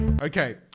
Okay